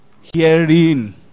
hearing